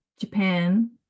Japan